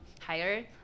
higher